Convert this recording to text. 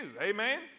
amen